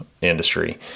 industry